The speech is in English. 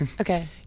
Okay